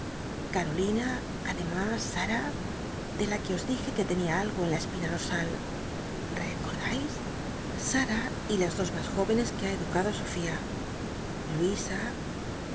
uolina adcmas sara de la que o dije que tenia algo en la espina dor al ccodais sara y las dos mas j'enes que ba educado sofía luisa